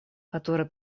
которые